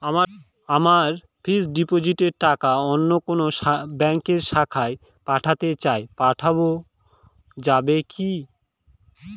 আমার ফিক্সট ডিপোজিটের টাকাটা অন্য কোন ব্যঙ্কের শাখায় পাঠাতে চাই পাঠানো যাবে কি?